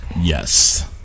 Yes